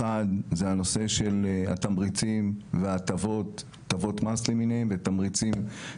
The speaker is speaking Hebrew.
אחד זה הנושא של התמריצים וההטבות מס למיניהם להשקעות.